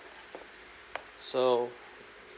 so